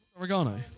Oregano